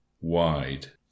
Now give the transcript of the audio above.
Wide